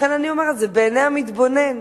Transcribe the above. לכן אני אומרת: זה בעיני המתבונן.